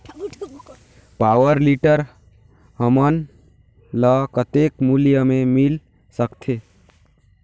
Power tiller हमन ल कतेक मूल्य मे मिल सकथे?